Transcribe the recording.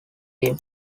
him